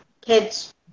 kids